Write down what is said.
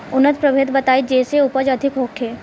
उन्नत प्रभेद बताई जेसे उपज अधिक होखे?